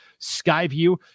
skyview